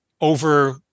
over